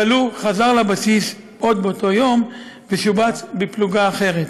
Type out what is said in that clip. הכלוא חזר לבסיס עוד באותו היום ושובץ בפלוגה אחרת.